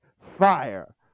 fire